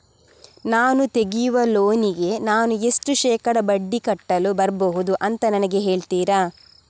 ನಾನು ತೆಗಿಯುವ ಲೋನಿಗೆ ನಾನು ಎಷ್ಟು ಶೇಕಡಾ ಬಡ್ಡಿ ಕಟ್ಟಲು ಬರ್ಬಹುದು ಅಂತ ನನಗೆ ಹೇಳ್ತೀರಾ?